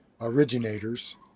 originators